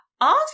ask